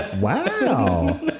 wow